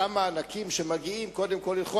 אותם מענקים שמגיעים קודם כול ילכו,